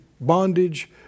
bondage